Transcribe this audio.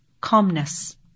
calmness